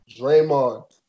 Draymond